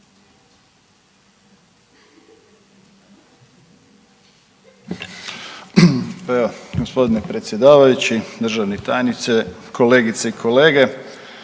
Gospodine predsjedavajući, državni tajniče, kolegice i kolege.